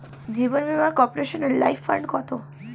জীবন বীমা কর্পোরেশনের life fund কত?